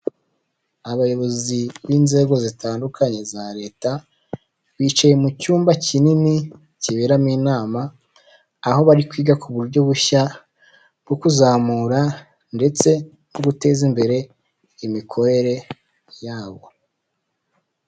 Abayobozi b'inzego zitandukanye za leta, bicaye mu cyumba kinini kiberamo inama aho bari kwiga ku buryo bushya bwo kuzamura ndetse no guteza imbere imikorere yabo.